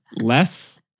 less